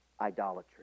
idolatry